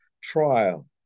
trial